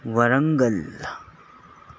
Warangal